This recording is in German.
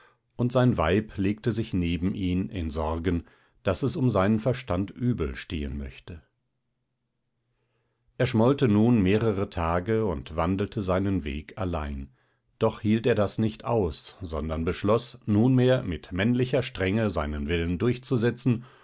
und sein weib legte sich neben ihn in sorgen daß es um seinen verstand übel stehen möchte er schmollte nun mehrere tage und wandelte seinen weg allein doch hielt er das nicht aus sondern beschloß nunmehr mit männlicher strenge seinen willen durchzusetzen